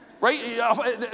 right